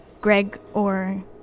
Gregor